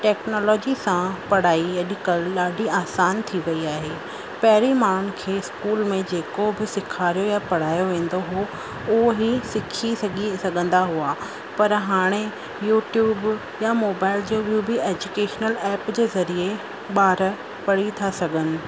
technology सां पढ़ाई अॼुकल्ह ॾाढी आसान थी वई आहे पहिरीं माण्हुनि खे स्कूल में जेको बि सेखारियो या पढ़ायो वेंदो हुओ उहो ई सिखी सघी सघंदा हुआ पर हाणे यूट्यूब या मोबाइल जो ॿियो बि एजुकेशनल ऐप जे ज़रिए ॿार पढ़ी था सघनि